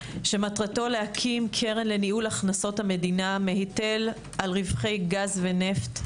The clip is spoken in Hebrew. שמטרתו להקים קרן לניהול הכנסות המדינה מהיטל על רווחי גז ונפט.